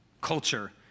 culture